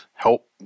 help